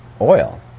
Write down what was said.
Oil